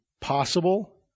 possible